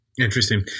Interesting